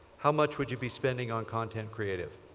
how much would you be spending on content creative?